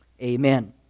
Amen